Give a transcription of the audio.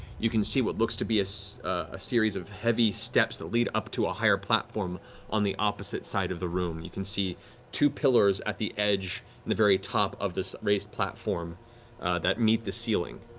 you can see what looks to be so a series of heavy steps that lead up to a higher platform on the opposite side of the room. you can see two pillars at the edge on and the very top of this raised platform that meet the ceiling.